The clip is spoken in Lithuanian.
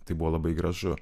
tai buvo labai gražu